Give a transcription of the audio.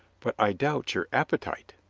but i doubt your appetite,